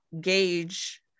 gauge